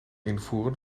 invoeren